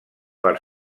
per